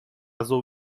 azul